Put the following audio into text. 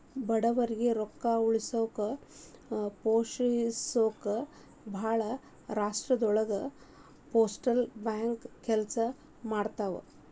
ಬಡವರಿಗಿ ರೊಕ್ಕ ಉಳಿಸೋಕ ಪ್ರೋತ್ಸಹಿಸೊಕ ಭಾಳ್ ರಾಷ್ಟ್ರದೊಳಗ ಪೋಸ್ಟಲ್ ಬ್ಯಾಂಕ್ ಕೆಲ್ಸ ಮಾಡ್ತವಾ